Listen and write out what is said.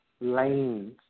lanes